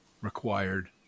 required